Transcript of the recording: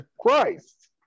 Christ